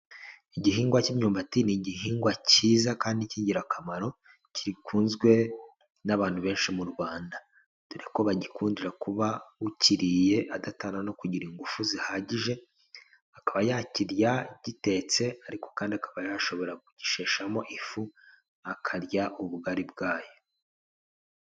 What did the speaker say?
Igihingwa cy'imyumbati ni igihingwa kiza kandi cy'ingirakamaro gikunzwe n'abantu benshi mu Rwanda, dore ko bagikundira kuba ukiriye adatana no kugira ingufu zihagije, akaba yakirya gitetse ariko kandi akaba yashobora kugisheshamo ifu akarya ubugari bwayo.